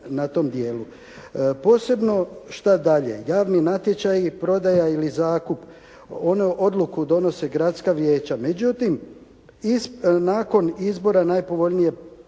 na tom dijelu. Posebno šta dalje? Javni natječaji, prodaja ili zakup? Onu odluku donose gradska vijeća. Međutim nakon izbora najpovoljnije